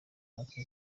yakoze